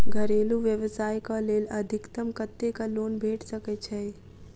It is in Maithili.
घरेलू व्यवसाय कऽ लेल अधिकतम कत्तेक लोन भेट सकय छई?